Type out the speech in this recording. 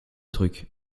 trucs